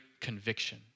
conviction